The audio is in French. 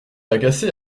agacée